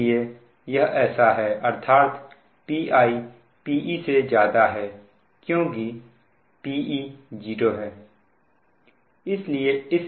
इसलिए यह ऐसा है अर्थात Pi Pe से ज्यादा है क्योंकि Pe 0 हो चुका है